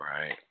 right